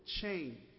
chain